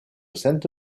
sainte